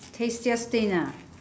tastiest thing ah